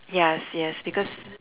yes yes because